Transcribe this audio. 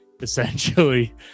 essentially